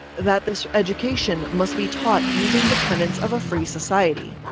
that this education must be taught using the tenets of a free society,